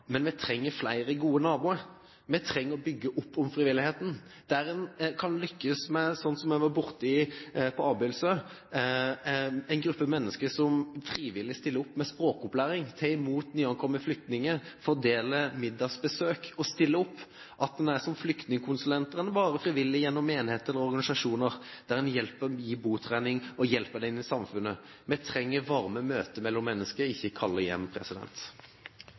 men vi trenger flere gode naboer. Vi trenger å bygge opp om frivilligheten, der en kan lykkes, i likhet med det jeg var borti på Abildsø, der en gruppe mennesker frivillig stiller opp med språkopplæring, tar imot nyankomne flyktninger, fordeler middagsbesøk og stiller opp. De er som flyktningkonsulentene, bare frivillige gjennom menigheter eller organisasjoner, der de gir botrening og hjelper dem inn i samfunnet. Vi trenger varme møter mellom mennesker, ikke kalde hjem.